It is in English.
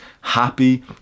happy